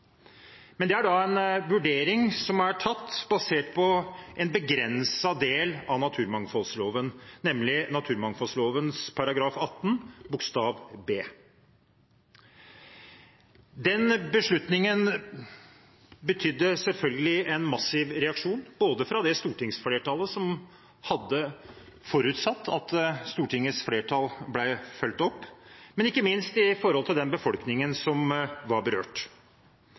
Men det er en vurdering som er tatt basert på en begrenset del av naturmangfoldloven, nemlig naturmangfoldloven § 18 bokstav b. Den beslutningen betydde selvfølgelig en massiv reaksjon, både fra det stortingsflertallet som hadde forutsatt at Stortingets flertall ble fulgt opp, og ikke minst fra den befolkningen som var berørt.